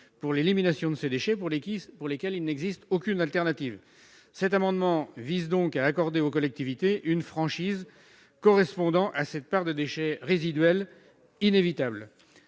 pour l'élimination de ces déchets, pour lesquels il n'existe aucune solution de substitution. Le présent amendement vise donc à accorder aux collectivités une franchise correspondant à cette part de déchets résiduels inévitables.